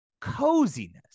coziness